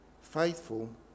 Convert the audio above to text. faithful